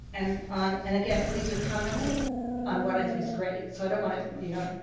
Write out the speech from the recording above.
and on and, again, these are comments on what i think is great, so i don't want to, you know